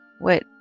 Wait